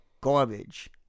garbage